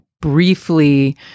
briefly